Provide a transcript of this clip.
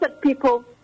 people